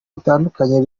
bitandukanye